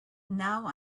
now